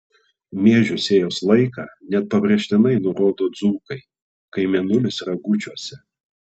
miežių sėjos laiką net pabrėžtinai nurodo dzūkai kai mėnulis ragučiuose